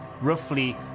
roughly